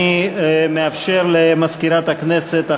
אני מאפשר הודעה למזכירת הכנסת.